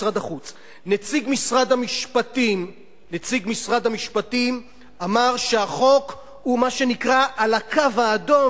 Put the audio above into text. נציג משרד המשפטים אמר שהחוק הוא מה שנקרא "על הקו האדום",